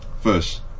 First